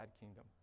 kingdom